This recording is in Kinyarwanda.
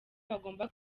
bagomba